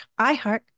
iHeart